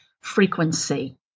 frequency